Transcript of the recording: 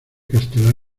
castelar